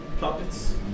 puppets